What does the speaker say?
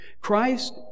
Christ